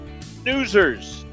snoozers